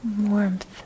Warmth